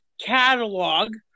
catalog